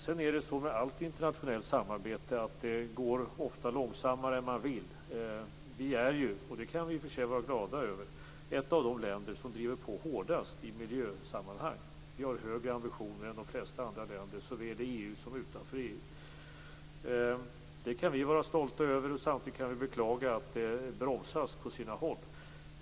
Sedan är det så med allt internationellt samarbete att det ofta går långsammare än man vill. Sverige är ju, och det kan vi i och för sig vara glada över, ett av de länder som driver på hårdast i miljösammanhang. Vi har högre ambitioner än de flesta andra länder, såväl i EU som utanför EU. Detta kan vi vara stolta över. Samtidigt kan vi beklaga att det bromsas på sina håll.